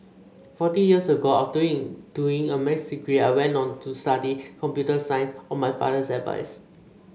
forty years ago after doing doing a Maths degree I went on to study computer science on my father's advice